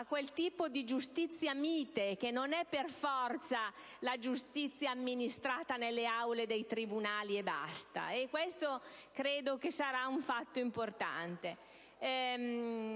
a quel tipo di giustizia mite, che non è per forza la giustizia amministrata nelle aule dei tribunali e basta. Questo credo che sarà un fatto importante.